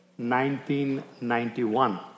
1991